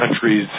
countries